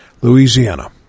louisiana